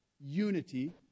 unity